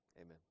amen